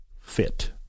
fit